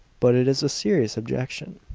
but it is a serious objection.